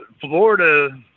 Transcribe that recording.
Florida